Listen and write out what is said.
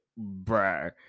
bruh